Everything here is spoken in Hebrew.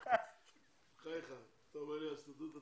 אתה אומר לי הסתדרות הציונית?